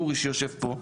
אורי שיושב פה,